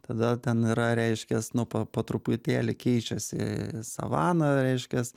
tada ten yra reiškias nu pa po truputėlį keičiasi savana reiškias